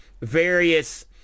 various